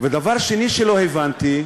ודבר שני שלא הבנתי,